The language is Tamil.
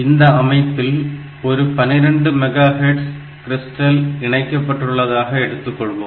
இந்த அமைப்பில் ஒரு 12 மெகா ஹேர்ட்ஸ் கிறிஸ்டல் இணைக்கப்பட்டுள்ளதாக எடுத்துக்கொள்வோம்